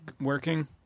working